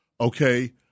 okay